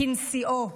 לנשיאו.